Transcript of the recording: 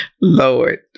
Lord